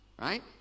right